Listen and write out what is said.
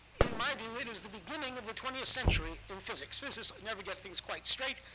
in my view, it was the beginning of the twentieth century in physics. physicists never get things quite straight.